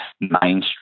mainstream